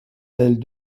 elle